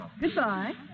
Goodbye